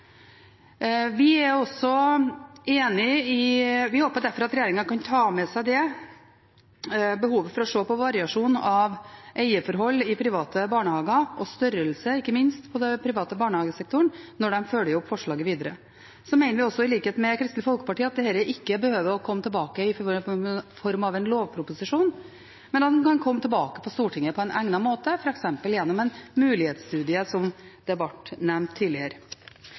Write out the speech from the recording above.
det spørsmålet også bør gi en mulighet for å se på ulike typer private barnehager utover det som går akkurat på skillet mellom ideell og kommersiell. Vi håper derfor regjeringen kan ta med seg behovet for å se på variasjon i eierforhold i private barnehager og ikke minst størrelse på den private barnehagesektoren når de følger opp forslaget videre. Så mener vi også, i likhet med Kristelig Folkeparti, at dette ikke behøver å komme tilbake i form av en lovproposisjon, men at man kan komme tilbake til Stortinget på egnet måte, f.eks. gjennom en